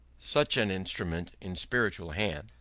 such an instrument, in spiritual hands,